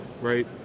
right